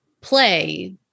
play